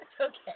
okay